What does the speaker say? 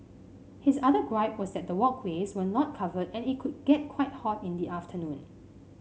his other gripe was that the walkways were not covered and it could get quite hot in the afternoon